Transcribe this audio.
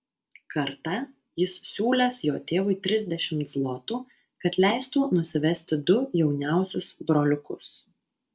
kartą jis siūlęs jo tėvui trisdešimt zlotų kad leistų nusivesti du jauniausius broliukus